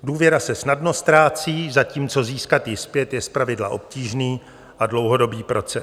Důvěra se snadno ztrácí, zatímco získat ji zpět je zpravidla obtížný a dlouhodobý proces.